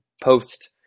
post